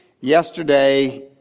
yesterday